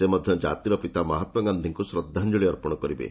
ସେ ମଧ୍ୟ ଜାତିର ପିତା ମହାତ୍ମା ଗାନ୍ଧୀଙ୍କୁ ଶ୍ରଦ୍ଧାଞ୍ଜଳି ଅର୍ପଣ କରିବେ